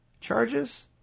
charges